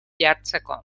jartzeko